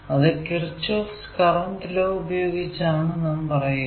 അത് Kirchhoff's current ലോKirchhoff's current law ഉപയോഗിച്ചാണ് നാം പറയുക